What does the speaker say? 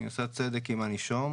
היא עושה צדק עם הנישום.